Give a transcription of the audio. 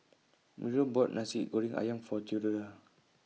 Muriel bought Nasi Goreng Ayam For Theodora